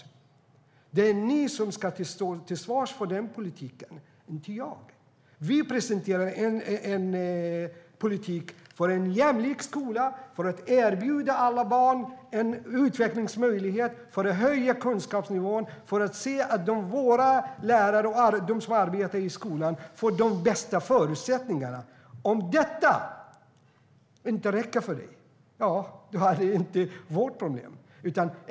Den politiken är det ni som ska stå till svars för, Christer Nylander, inte jag. Vi presenterar en politik för en jämlik skola, för att erbjuda alla barn en utvecklingsmöjlighet, för att höja kunskapsnivån och för att se till att våra lärare och de som arbetar i skolan får de bästa förutsättningarna. Om det inte räcker för dig, Christer Nylander, är det inte vårt problem.